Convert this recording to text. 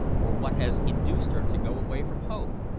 or what has induced her to go away from home?